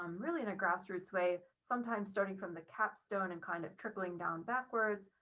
um really in a grassroots way, sometimes starting from the capstone and kind of trickling down backwards.